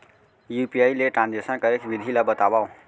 UPI ले transaction करे के विधि ला बतावव?